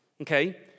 okay